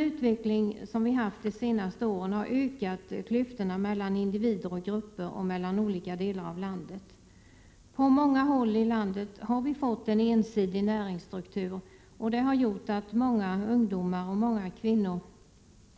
Utvecklingen under de senaste åren har ökat klyftorna mellan individer och grupper och mellan olika delar av landet. På många håll är näringsstrukturen ensidig, och det har gjort att många ungdomar och många kvinnor